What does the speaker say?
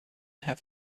have